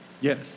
Yes